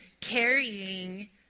carrying